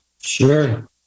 Sure